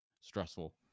stressful